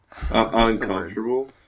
uncomfortable